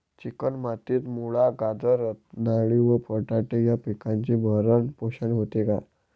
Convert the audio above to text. Chicken मातीत मुळा, गाजर, रताळी व बटाटे या पिकांचे भरण पोषण होते का?